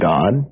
God